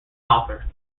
author